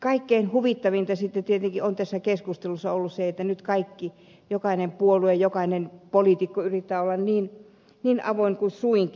kaikkein huvittavinta sitten tietenkin on tässä keskustelussa ollut se että nyt kaikki jokainen puolue jokainen poliitikko yrittävät olla niin avoimia kuin suinkin